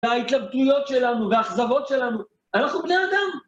וההתלבטויות שלנו, והאכזבות שלנו, אנחנו בני אדם.